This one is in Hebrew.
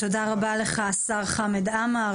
תודה רבה לך השר חמד עמאר,